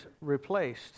replaced